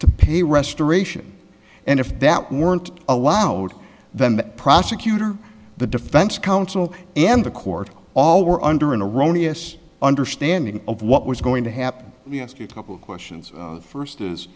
to pay restoration and if that weren't allowed then the prosecutor the defense counsel and the court all were under an erroneous understanding of what was going to happen we ask you a couple of questions first is